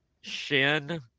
shin